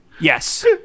Yes